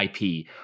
IP